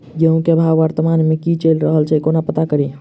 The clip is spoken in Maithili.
गेंहूँ केँ भाव वर्तमान मे की चैल रहल छै कोना पत्ता कड़ी?